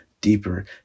deeper